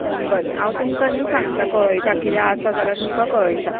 बरे हांव तुमकां नी सांगता कळयता किते आसा जाल्यार तुमकां कळयता